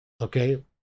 okay